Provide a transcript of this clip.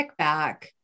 kickback